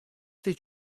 that